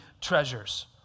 treasures